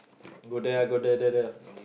go there ah go there there there